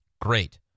Great